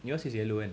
yours is yellow kan